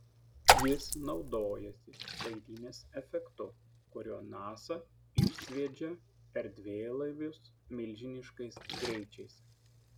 jis naudojasi laidynės efektu kuriuo nasa išsviedžia erdvėlaivius milžiniškais greičiais